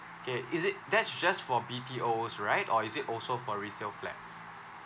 K is it that's just for B_T_Os right or is it also for resale flats